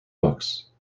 books